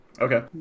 Okay